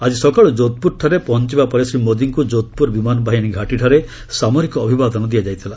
ଆଜି ସକାଳୁ ଯୋଧପୁରଠାରେ ପହଞ୍ଚବା ପରେ ଶ୍ରୀ ମୋଦିଙ୍କୁ ଯୋଧପୁର ବିମାନ ବାହିନୀ ଘାଟିଠାରେ ସାମରିକ ଅଭିବାଦନ ଦିଆଯାଇଥିଲା